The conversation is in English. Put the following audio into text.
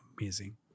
amazing